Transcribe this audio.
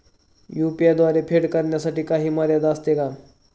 UPI द्वारे फेड करण्यासाठी काही मर्यादा असते का?